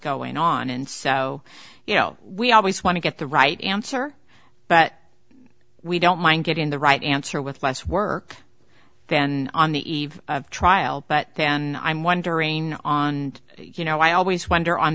going on and so you know we always want to get the right answer but we don't mind getting the right answer with less work then on the eve of trial but then i'm wondering on you know i always wonder on